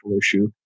issue